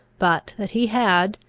but that he had,